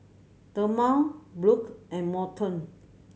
Thelma Burke and Morton